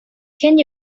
can